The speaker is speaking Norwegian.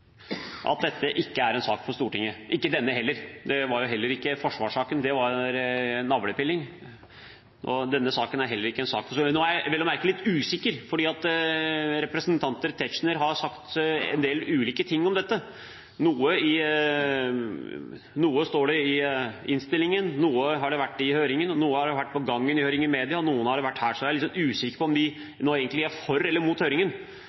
at dette ikke er en sak for Stortinget – ikke denne heller; det var jo heller ikke forsvarssaken, det var «navlepilling», og denne saken er heller ikke en sak for Stortinget. Nå er jeg vel å merke litt usikker, for representanten Tetzschner har sagt en del ulike ting om dette. Noe står det i innstillingen, noe har det vært i høringen, noe har det vært på gangen i høringen, noe i media, og noe har det vært her. Så jeg er litt usikker på om de nå egentlig er for eller mot høringen